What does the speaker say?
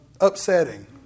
upsetting